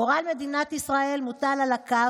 גורל מדינת ישראל מוטל על הכף.